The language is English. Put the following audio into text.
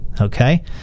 Okay